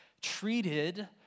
treated